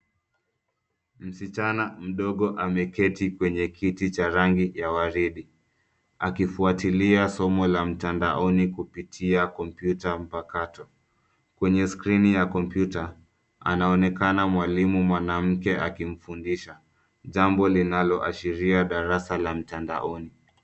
Msichana mdogo ameketi kwenye kiti cha rangi ya waridi. Akifuatilia somo la mtandaoni kupitia kompyuta mpakato. Kwenye skrini ya kompyuta anaonekana mwalimu mwanamke akimfundisha jambo linaloashiria darasa la mtandaoni.